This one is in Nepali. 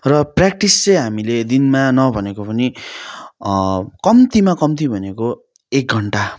र प्र्याक्टिस चाहिँ हामीले दिनमा नभनेको पनि कम्तीमा कम्ती भनेको एक घण्टा